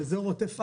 לאזור עוטף עזה,